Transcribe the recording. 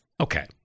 okay